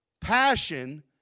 passion